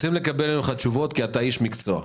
רוצים לקבל ממך תשובות כי אתה איש מקצוע.